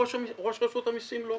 ראש רשות המסים לא.